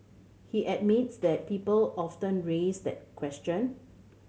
he admits that people often raise that question